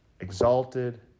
exalted